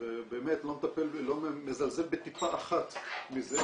ובאמת לא מזלזל בטיפה אחת מזה,